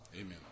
Amen